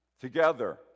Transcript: together